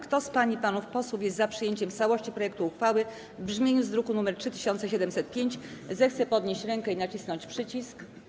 Kto z pań i panów posłów jest za przyjęciem w całości projektu uchwały w brzmieniu z druku nr 3705, zechce podnieść rękę i nacisnąć przycisk.